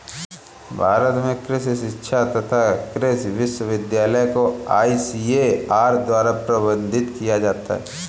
भारत में कृषि शिक्षा तथा कृषि विश्वविद्यालय को आईसीएआर द्वारा प्रबंधित किया जाता है